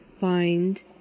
find